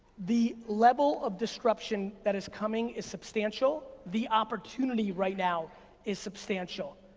the level of destruction that is coming is substantial. the opportunity right now is substantial,